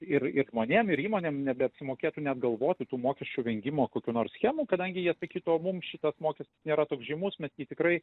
ir ir žmonėm ir įmonėm nebeapsimokėtų net galvoti tų mokesčių vengimo kokių nors schemų kadangi jie sakytų o mum šitas mokestis nėra toks žymus mes jį tikrai